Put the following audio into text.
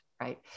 right